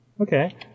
Okay